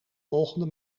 volgende